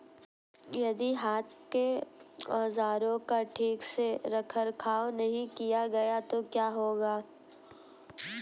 यदि हाथ के औजारों का ठीक से रखरखाव नहीं किया गया तो क्या होगा?